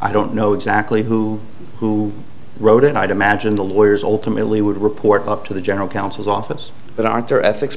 i don't know exactly who who wrote it i'd imagine the lawyers ultimately would report up to the general counsel's office but aren't there ethics